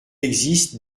existe